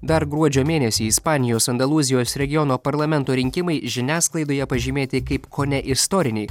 dar gruodžio mėnesį ispanijos andalūzijos regiono parlamento rinkimai žiniasklaidoje pažymėti kaip kone istoriniai